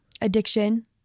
addiction